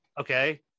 Okay